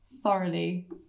thoroughly